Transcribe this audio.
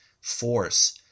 force